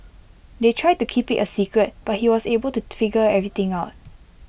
they tried to keep IT A secret but he was able to figure everything out